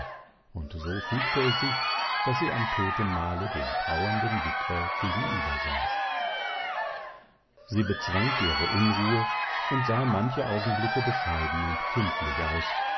und so fügte es sich daß sie am totenmahle dem trauernden witwer gegenüber saß sie bezwang ihre unruhe und sah manche augenblicke bescheiden und kindlich aus